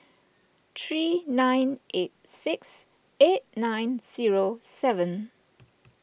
three nine eight six eight nine zero seven